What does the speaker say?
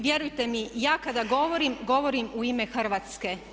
Vjerujte mi ja kada govorim govorim u ime Hrvatske.